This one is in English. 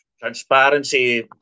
transparency